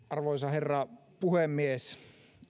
arvoisa herra puhemies